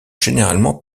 généralement